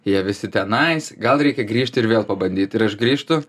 jie visi tenais gal reikia grįžt ir vėl pabandyt ir aš grįžtu